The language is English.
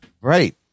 Right